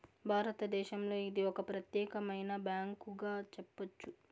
భారతదేశంలో ఇది ఒక ప్రత్యేకమైన బ్యాంకుగా చెప్పొచ్చు